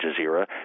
Jazeera